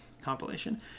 compilation